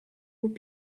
would